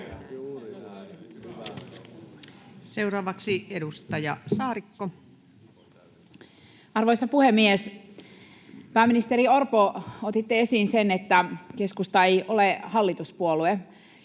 Time: 15:21 Content: Arvoisa puhemies! Pääministeri Orpo, otitte esiin sen, että keskusta ei ole hallituspuolue.